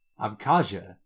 Abkhazia